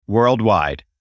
Worldwide